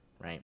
Right